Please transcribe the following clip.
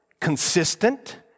consistent